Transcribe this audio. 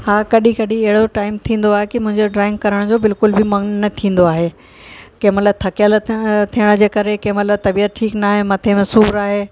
हा कॾहिं कॾहिं अहिड़ो टाइम थींदो आहे की मुंहिंजो ड्रॉईंग करण जो बिल्कुल बि मन न थींदो आहे कंहिं महिल थकियल त थियण जे करे कंहिं महिल तबीअत ठीक न आहे मथे में सूरु आहे